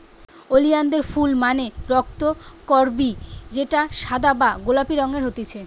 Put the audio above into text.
ওলিয়ানদের ফুল মানে রক্তকরবী যেটা সাদা বা গোলাপি রঙের হতিছে